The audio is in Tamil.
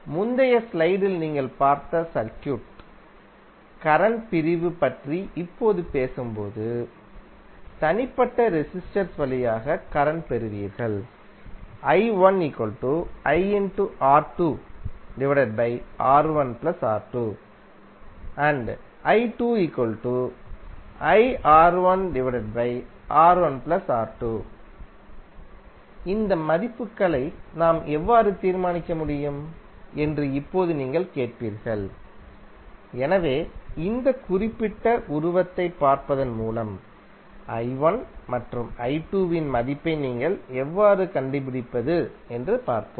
முந்தைய ஸ்லைடில் நீங்கள் பார்த்த சர்க்யூட் கரண்ட் பிரிவு பற்றி இப்போது பேசும்போது தனிப்பட்ட ரெசிஸ்டர்ஸ் வழியாக கரண்ட் பெறுவீர்கள் இந்த மதிப்புகளை நாம் எவ்வாறு தீர்மானிக்க முடியும் என்று இப்போது நீங்கள் கேட்பீர்கள் எனவே இந்த குறிப்பிட்ட உருவத்தைப் பார்ப்பதன் மூலம் i1 மற்றும் i2 இன் மதிப்பை நீங்கள் எவ்வாறு கண்டுபிடிப்பது என்று பார்ப்போம்